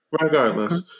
Regardless